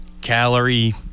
calorie